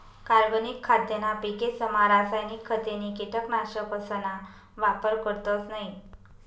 कार्बनिक खाद्यना पिकेसमा रासायनिक खते नी कीटकनाशकसना वापर करतस नयी